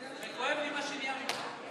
וכואב לי מה שנהיה ממך,